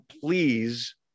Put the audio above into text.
please